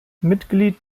mitglied